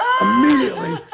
immediately